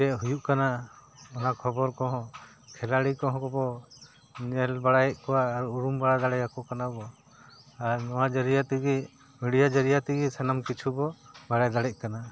ᱪᱮᱫ ᱦᱩᱭᱩᱜ ᱠᱟᱱᱟ ᱚᱱᱟ ᱠᱷᱚᱵᱚᱨ ᱠᱚᱦᱚᱸ ᱠᱷᱮᱞᱟᱰᱤ ᱠᱚᱦᱚᱸ ᱠᱚᱵᱚ ᱧᱮᱞ ᱵᱟᱲᱟᱭᱮᱫ ᱠᱚᱣᱟ ᱟᱨ ᱩᱨᱩᱢ ᱵᱟᱲᱟ ᱫᱟᱲᱮᱭᱟᱠᱚ ᱠᱟᱱᱟ ᱵᱚ ᱟᱨ ᱱᱚᱣᱟ ᱡᱟᱹᱨᱤᱭᱟ ᱛᱮᱜᱮ ᱢᱤᱰᱤᱭᱟ ᱡᱟᱹᱨᱤᱭᱟ ᱛᱮᱜᱮ ᱥᱟᱱᱟᱢ ᱠᱤᱪᱷᱩ ᱵᱚ ᱵᱟᱲᱟᱭ ᱫᱟᱲᱮᱭᱟᱜ ᱠᱟᱱᱟ